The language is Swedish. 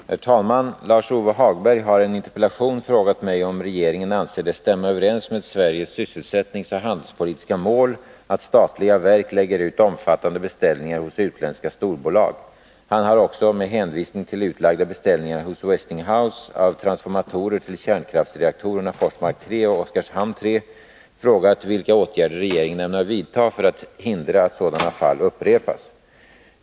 Herr talman! Lars-Ove Hagberg har i en interpellation frågat mig om regeringen anser det stämma överens med Sveriges sysselsättningsoch handelspolitiska mål att statliga verk lägger ut omfattande beställningar hos utländska storbolag. Han har också — med hänvisning till utlagda beställningar hos Westinghouse av transformatorer till kärnkraftsreaktorerna Forsmark 3 och Oskarshamn 3 — frågat vilka åtgärder regeringen ämnar vidta för att hindra att sådana fall upprepas.